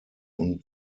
und